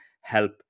help